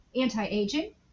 anti-aging